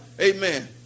Amen